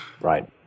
Right